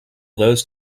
those